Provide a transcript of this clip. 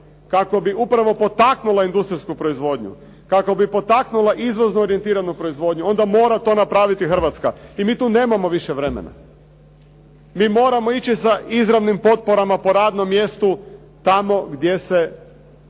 kako bi upravo potaknula industrijsku proizvodnju, kako bi potaknula izvoznu orijentiranu proizvodnju, onda mora to napraviti i Hrvatska. I mi tu nemamo više vremena. Mi moramo ići sa izravnim potporama po radnom mjestu tamo gdje se